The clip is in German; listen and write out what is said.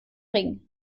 ring